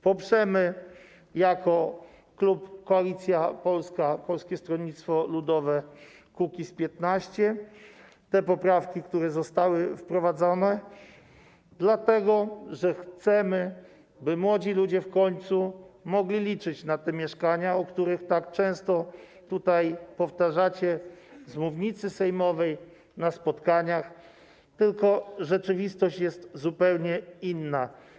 Poprzemy jako klub Koalicja Polska - Polskie Stronnictwo Ludowe - Kukiz15 te poprawki, które zostały wprowadzone, dlatego że chcemy, by młodzi ludzie w końcu mogli liczyć na te mieszkania, o których tak często mówicie z mównicy sejmowej, na spotkaniach, tylko rzeczywistość jest zupełnie inna.